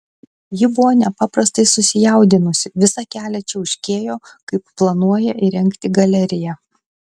ji buvo nepaprastai susijaudinusi visą kelią čiauškėjo kaip planuoja įrengti galeriją